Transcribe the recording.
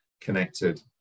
connected